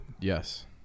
Yes